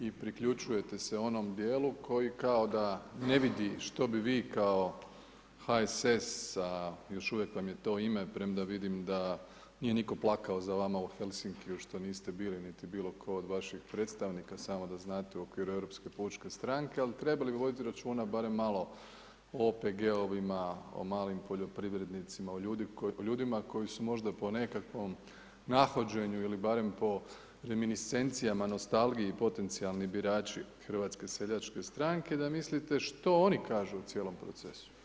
I priključujete se onom dijelu, koji kao da ne vidi što bi vi kao HSS, sa još uvijek vam je to ime, premda vidim, da nije nitko plakao za vama u Helsinkiju što niste bili niti bilo tko od vaših predstavnika, samo da znate u okviru Europske pučke stranke, ali trebali bi voditi računa, barem malo o OPG-ovima, o malim poljoprivrednicima, o ljudima koji su možda po nekakvom nahođenju, ili barem po … nostalgiji potencijalni birači HSS, da mislite što oni kažu o cijelom procesu.